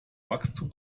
wachstum